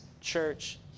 church